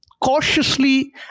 cautiously